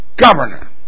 governor